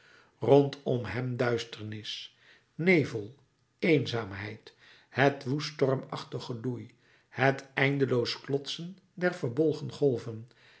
rondom hem duisternis nevel eenzaamheid het woest stormachtig geloei het eindeloos klotsen der verbolgen golven